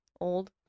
old